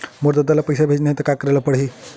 मोर ददा ल पईसा भेजना हे त का करे ल पड़हि?